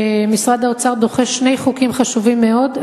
שמשרד האוצר דוחה שני חוקים חשובים מאוד,